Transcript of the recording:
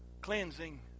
cleansing